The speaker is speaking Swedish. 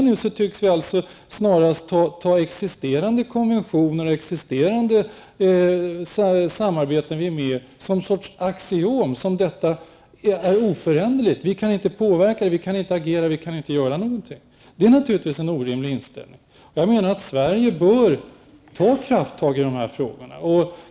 Nu tycks vi ta existerande konventioner som något slags axiom som är oföränderligt. Vi kan inte påverka, agera och göra någonting. Detta är naturligtvis en orimlig inställning. Jag menar att Sverige bör ta krafttag i dessa frågor.